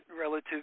relative